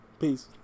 peace